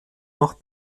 noch